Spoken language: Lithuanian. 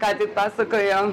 ką tik pasakojo